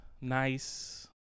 nice